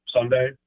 Sunday